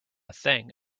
thing